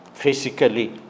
physically